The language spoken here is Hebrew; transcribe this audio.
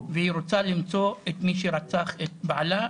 והיא רוצה למצוא את מי שרצח את בעלה,